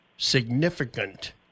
significant